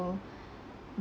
um